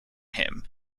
him